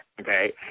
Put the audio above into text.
okay